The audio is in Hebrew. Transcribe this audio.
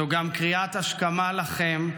זו גם קריאת השכמה לכם,